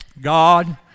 God